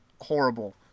horrible